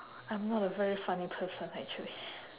I'm not a very funny person actually